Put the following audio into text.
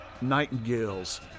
nightingales